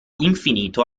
infinito